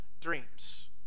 dreams